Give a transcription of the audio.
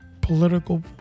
political